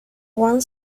one